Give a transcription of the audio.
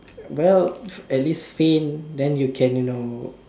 well at least faint then you can you know